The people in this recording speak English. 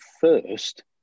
first